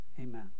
amen